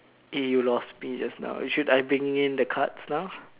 eh you lost me just now should I bring in the cards now